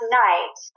night